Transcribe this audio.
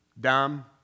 Dumb